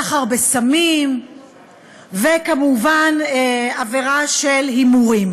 עבירת סחר בסמים וכמובן עבירה של הימורים.